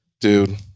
Dude